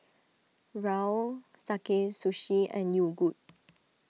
Raoul Sakae Sushi and Yogood